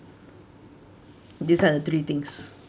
these are the three things